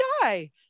die